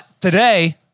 today